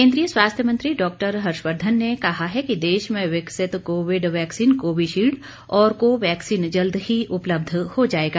केन्द्रीय स्वास्थ्य मंत्री डॉक्टर हर्षवर्धन ने कहा है कि देश में विकसित कोविड वैक्सीन कोविशील्ड और कोवैक्सीन जल्द ही उपलब्ध हो जायेगा